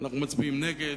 אנחנו מצביעים נגד,